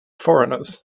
foreigners